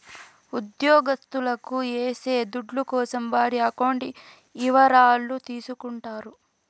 ఉద్యోగత్తులకు ఏసే దుడ్ల కోసం వారి అకౌంట్ ఇవరాలు తీసుకుంటారు